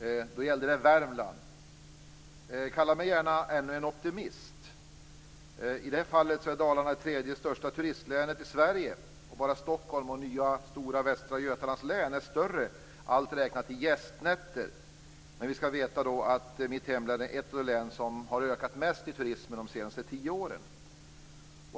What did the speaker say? Då gällde det Värmland. Kalla mig gärna "ännu en optimist"! Dalarna är det tredje största turistlänet i Sverige. Bara Stockholm och nya stora Västra Götalands län är större, allt räknat i gästnätter. Men vi skall veta att mitt hemlän är ett av de län där turismen har ökat mest under de senaste tio åren.